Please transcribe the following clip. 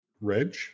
reg